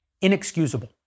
inexcusable